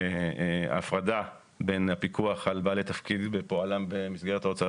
הפרדה בין הפיקוח על בעלי תפקידים ופועלם במסגרת ההוצאה